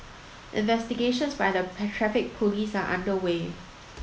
investigations by the Traffic Police are underway